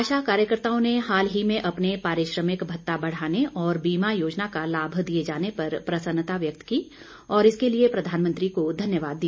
आशा कार्यकर्ताओं ने हाल ही में अपने पारिश्रमिक भत्ता बढ़ाने और बीमा योजना का लाभ दिये जाने पर प्रसन्नता व्यक्त की और इसके लिए प्रधानमंत्री को धन्यवाद दिया